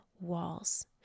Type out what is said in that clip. walls